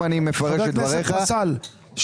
אם אני מפרש את דבריך --- שנייה,